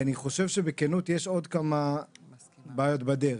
בכנות, אני חושב שיש עוד כמה בעיות בדרך.